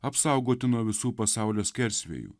apsaugoti nuo visų pasaulio skersvėjų